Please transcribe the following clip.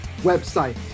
website